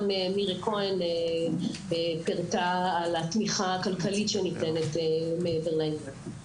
מירי כהן פירטה על אודות התמיכה הכלכלית שניתנת מעבר לכך.